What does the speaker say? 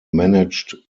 managed